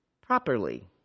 properly